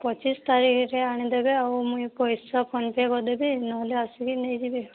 ପଚିଶ ତାରିଖ ଯାଏଁ ଆଣିଦେବେ ଆଉ ମୁଁ ଏଇ ପଇସା ଫୋନ୍ପେ' କରିଦେବି ନହେଲେ ଆସିକି ନେଇଯିବେ